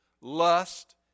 lust